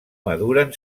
maduren